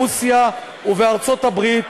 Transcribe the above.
ברוסיה ובארצות-הברית,